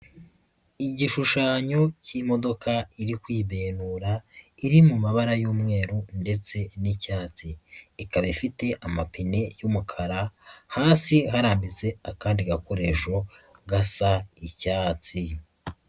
Igishushanyo k'imodoka iri kwibenura iri mu mabara y'umweru ndetse n'icyatsi, ikaba ifite amapine y'umukara hasi harambitse akandi gakoresho gasa icyatsi.